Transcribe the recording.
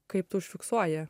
kaip tu užfiksuoji